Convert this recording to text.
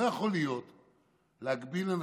לא יכולים להגביל אנשים,